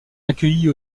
accueillit